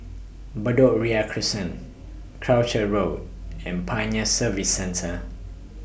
Bedok Ria Crescent Croucher Road and Pioneer Service Centre